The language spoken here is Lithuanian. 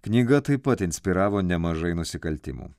knyga taip pat inspiravo nemažai nusikaltimų